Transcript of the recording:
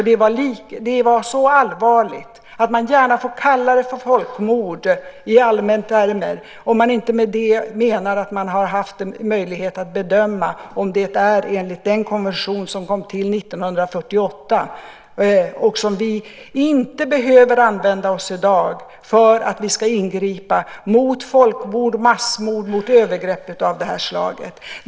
Det var så allvarligt att man gärna får kalla det folkmord i allmäntermer om man inte med det menar att det har funnits en möjlighet att bedöma om det är det enligt den konvention som kom till 1948. Den behöver vi inte använda oss av i dag för att ingripa mot folkmord, massmord och övergrepp av det här slaget.